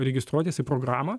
registruotis į programą